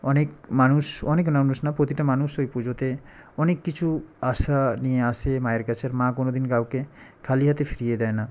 অনেক মানুষ অনেক মানুষ না প্রতিটা মানুষ ওই পুজোতে অনেক কিছু আশা নিয়ে আসে মায়ের কাছের মা কোনো দিন কাউকে খালি হাতে ফিরিয়ে দেয় না